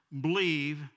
believe